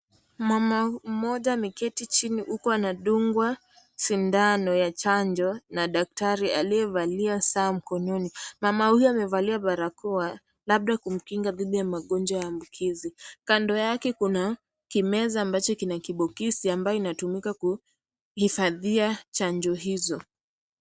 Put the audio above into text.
Mama mmoja ameketi chini huku anadungwa sindano ya chanjo na daktari aliyevalia saa mkononi. Mama huyu amevalia barakoa, labda kumkinga dhidi ya magonjwa ambukizi. kando yake kuna kimeza ambacho kina kibokisi ambacho kinatumika kuhifadhia chanjo hizo.